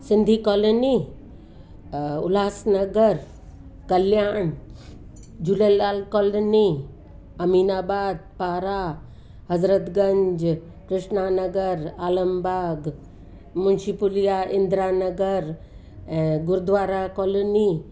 Sindhi colony Ullas Nagar Kalyan Jhulelal colony Aminabad Bara Hazratganj Krishna Nagar Alambagh Munshi Puliya Indira Nagar ऐं Gurudwara colony